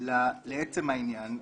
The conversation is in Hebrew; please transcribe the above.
לעצם העניין.